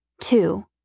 Two